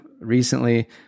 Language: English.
recently